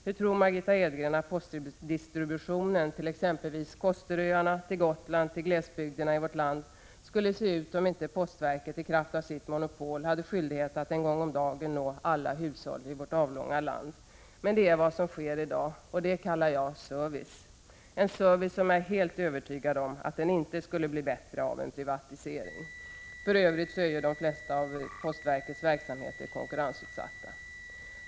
Hur tror Margitta Edgren att postdistributionen till exempelvis Kosteröarna, till Gotland, till glesbygderna i vårt land skulle se ut om inte postverket i kraft av sitt monopol hade skyldighet att en gång om dagen nå alla hushåll i vårt avlånga land? Men det är vad som sker i dag, och det kallar jag service. Det är en service som jag är helt övertygad om inte skulle bli bättre av en privatisering. För övrigt är de flesta av postverkets verksamheter konkurrensutsatta.